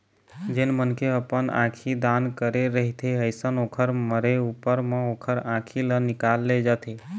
जेन मनखे मन ह अपन आंखी दान करे रहिथे अइसन ओखर मरे ऊपर म ओखर आँखी ल निकाल ले जाथे